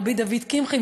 רבי דוד קמחי,